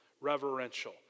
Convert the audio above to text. reverential